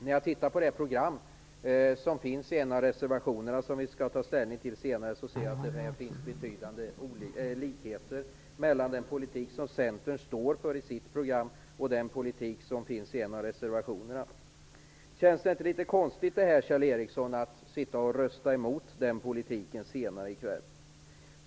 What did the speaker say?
När jag tittar på det program som finns i en av reservationerna som vi skall ta ställning till senare ser jag att det finns betydande likheter mellan den politik som Centern står för i sitt program och den politik som finns i en av reservationerna. Känns det inte litet konstigt, Kjell Ericsson, att rösta emot den politiken senare i kväll?